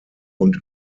und